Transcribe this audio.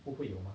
不会有吗